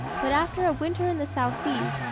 but after a winter in the south seas,